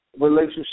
relationship